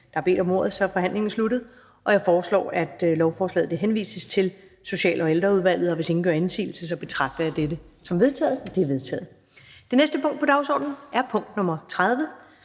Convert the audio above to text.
der har bedt om ordet, er forhandlingen sluttet. Jeg foreslår, at lovforslaget henvises til Social- og Ældreudvalget. Hvis ingen gør indsigelse, betragter jeg dette som vedtaget. Det er vedtaget. --- Det næste punkt på dagsordenen er: 30)